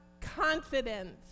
confidence